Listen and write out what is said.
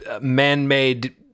man-made